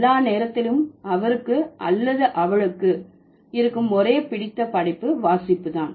எல்லா நேரத்திலும் அவருக்கு அல்லது அவளுக்கு இருக்கும் ஒரே பிடித்த படைப்பு வாசிப்புதான்